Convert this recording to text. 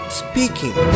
speaking